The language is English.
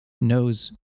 knows